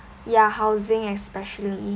ya housing especially